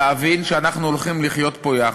להבין שאנחנו הולכים לחיות פה יחד,